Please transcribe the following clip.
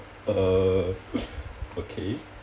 uh okay